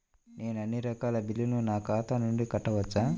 నేను అన్నీ రకాల బిల్లులను నా ఖాతా నుండి కట్టవచ్చా?